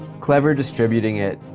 clever distributing it,